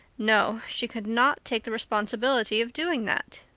no, she could not take the responsibility of doing that!